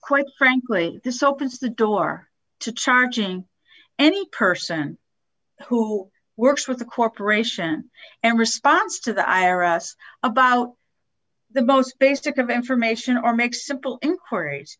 quite frankly this opens the door to charging any person who works for the corporation and response to the i r s about the most basic of information or make simple inquiries